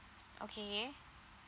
okay